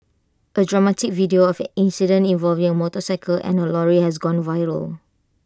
A dramatic video of an incident involving A motorcycle and A lorry has gone viral